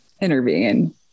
intervene